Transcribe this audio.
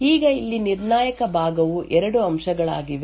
ಈಗ ಇಲ್ಲಿ ನಿರ್ಣಾಯಕ ಭಾಗವು ಎರಡು ಅಂಶಗಳಾಗಿವೆ